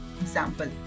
example